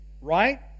right